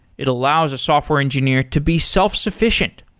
it allows a software engineer to be self-sufficient.